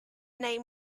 name